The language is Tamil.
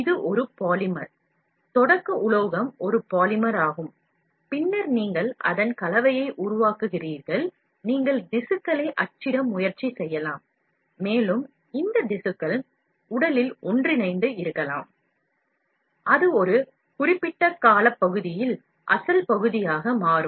இது ஒருபாலிமர் தொடக்க உலோகம் ஒரு பாலிமர் ஆகும் பின்னர் முடிந்த அளவிற்கு நீங்கள் அதன் கலவையை உருவாக்குகிறீர்கள் நீங்கள் திசுக்களை அச்சிட முயற்சி செய்யலாம் மேலும் இந்ததிசுக்கள் உடலில் ஒன்றிணைந்து இருக்கலாம் அது ஒரு குறிப்பிட்ட காலப்பகுதியில் அசல் பகுதியாக மாறும்